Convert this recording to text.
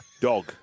Dog